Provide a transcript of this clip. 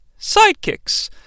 sidekicks